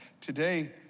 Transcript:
today